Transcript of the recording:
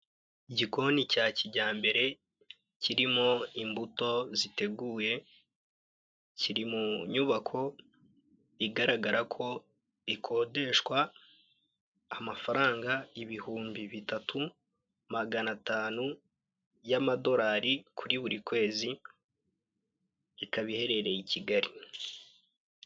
Igikoni cya kijyambere kirimo imbuto ziteguye, kiri mu nyubako igaragara ko ikodeshwa, amafaranga ibihumbi bitatu magana atanu y'amadorari kuri buri kwezi, ikaba iherereye i Kigali.